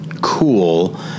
cool